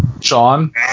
Sean